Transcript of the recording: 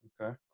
Okay